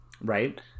right